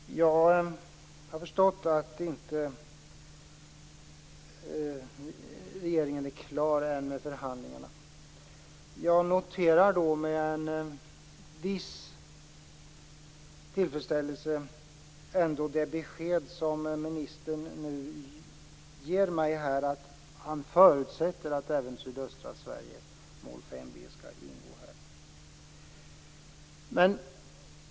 Fru talman! Jag har förstått att regeringen inte ännu är klar med förhandlingarna. Jag noterar med en viss tillfredsställelse ändå det besked som ministern nu ger mig, att han förutsätter att även sydöstra Sverige, mål 5 b, skall ingå.